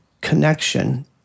connection